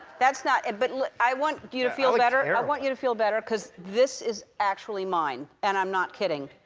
that's not it. but like i want you to feel better. i want you to feel better, because this is actually mine. and i'm not kidding.